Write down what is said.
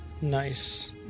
Nice